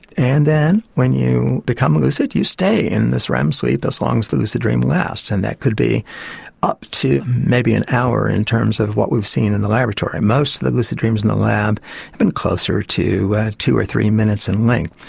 and then when you become lucid you stay in this rem sleep as long as the lucid dream lasts, and that could be up to maybe an hour in terms of what we've seen in the laboratory. most of the lucid dreams in the lab have been closer to two or three minutes in length,